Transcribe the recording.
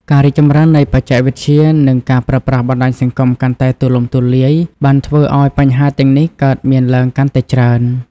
ការរីកចម្រើននៃបច្ចេកវិទ្យា និងការប្រើប្រាស់បណ្ដាញសង្គមកាន់តែទូលំទូលាយ បានធ្វើឱ្យបញ្ហាទាំងនេះកើតមានឡើងកាន់តែច្រើន។